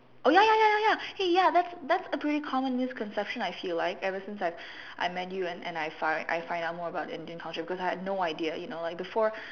oh ya ya ya ya ya hey ya that's that's a pretty common misconception I feel like ever since I've I met you and and I find I find out more about Indian culture cause I had no idea you know like before